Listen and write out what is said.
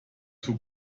too